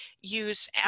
use